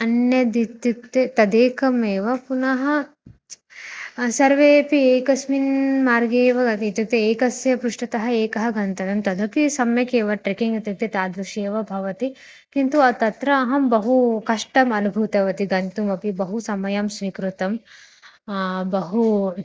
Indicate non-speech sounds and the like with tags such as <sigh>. अन्यद् इत्युक्ते तदेकमेव पुनः सर्वेऽपि एकस्मिन् मार्गे एव <unintelligible> इत्युक्ते एकस्य पृष्ठतः एकः गन्तव्यः तदपि सम्यक् एव ट्रेकिङ्ग् इत्युक्ते तादृशम् एव भवति किन्तु तत्र अहं बहु कष्टम् अनुभूतवती गन्तुमपि बहु समयं स्वीकृतं बहु